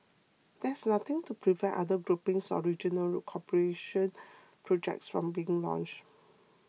there is nothing to prevent other groupings or regional cooperation projects from being launched